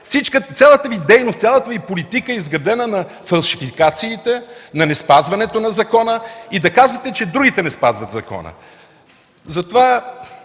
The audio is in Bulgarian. Цялата Ви дейност, цялата Ви политика е изградена на фалшификациите, на неспазването на закона и да казвате, че другите не спазват закона. Аз